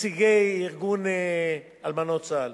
לנציגי ארגון אלמנות צה"ל